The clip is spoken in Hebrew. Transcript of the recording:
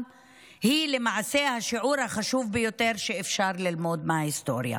היא למעשה השיעור החשוב ביותר שאפשר ללמוד מההיסטוריה.